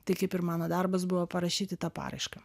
tai kaip ir mano darbas buvo parašyti tą paraišką